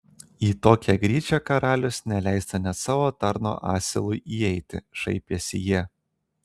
į tokią gryčią karalius neleistų net savo tarno asilui įeiti šaipėsi jie